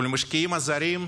ולמשקיעים הזרים,